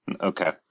Okay